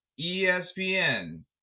ESPN